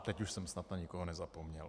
Teď už jsem snad na nikoho nezapomněl.